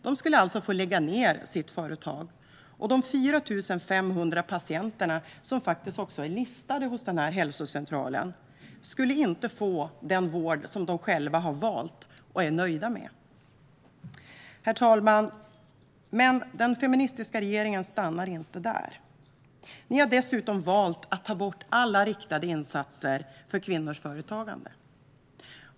De skulle alltså få lägga ned sitt företag, och de 4 500 patienterna som är listade på den här hälsocentralen skulle inte få den vård som de själva har valt och är nöjda med. Herr talman! Den feministiska regeringen stannar inte där. Ni har dessutom valt att ta bort alla riktade insatser för kvinnors företagande.